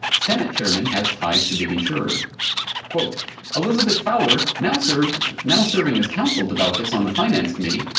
senate chairman has ties to big insurer' quote elizabeth fowler, now serving now serving as counsel to baucus on the finance committee,